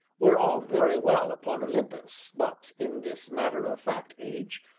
were all very well upon olympus, but, in this matter-of-fact age,